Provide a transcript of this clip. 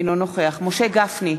אינו נוכח משה גפני,